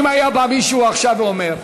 אם היה בא מישהו עכשיו ואומר?